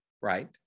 right